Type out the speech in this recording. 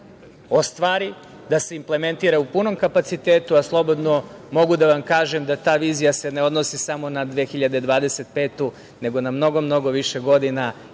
da se implementira u punom kapacitetu, a slobodno mogu da vam kažem da se ta vizija ne odnosi samo na 2025. godinu, nego na mnogo, mnogo više godina